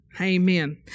Amen